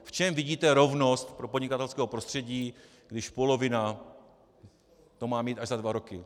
V čem vidíte rovnost podnikatelského prostředí, když polovina to má mít až za dva roky?